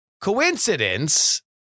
coincidence